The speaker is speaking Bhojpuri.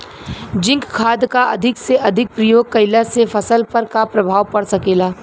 जिंक खाद क अधिक से अधिक प्रयोग कइला से फसल पर का प्रभाव पड़ सकेला?